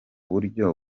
buryo